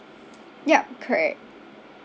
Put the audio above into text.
yup correct